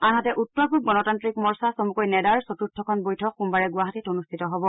আনহাতে উত্তৰ পূব গণতান্ত্ৰিক মৰ্চা চমুকৈ নেডাৰ চতুৰ্থখন বৈঠকত সোমবাৰে গুৱাহাটীত অনুষ্ঠিত হ'ব